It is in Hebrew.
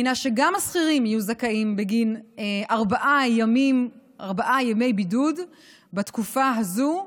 היא שגם השכירים יהיו זכאים לארבעה ימי בידוד בתקופה הזו,